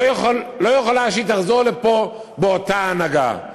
לא יכול להיות שהיא תחזור לפה באותה הנהגה.